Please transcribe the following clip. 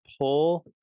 pull